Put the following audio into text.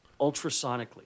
ultrasonically